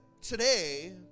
today